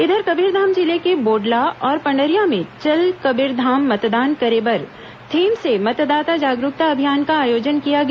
इधर कबीरधाम जिले के बोडला और पंडरिया में चल कबीरधाम मतदान करे बर थीम से मतदाता जागरूकता अभियान का आयोजन किया गया